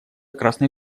красной